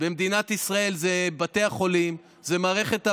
במדינת ישראל אלה בתי החולים, זו מערכת הבריאות,